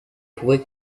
pourrait